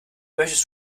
möchtest